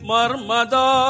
Marmada